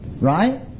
Right